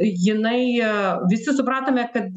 jinai visi supratome kad